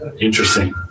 interesting